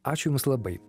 ačiū jums labai